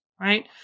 right